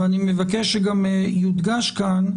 אני מבקש שגם יודגש כאן: